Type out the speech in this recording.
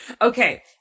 Okay